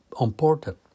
important